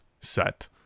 set